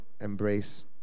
embrace